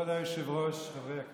כבוד היושב-ראש, חברי הכנסת,